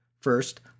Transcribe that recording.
First